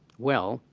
well,